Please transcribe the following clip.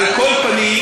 על כל פנים,